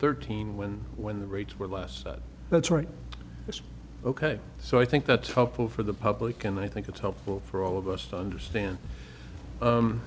thirteen when when the rates were less that's right it's ok so i think that's helpful for the public and i think it's helpful for all of us to understand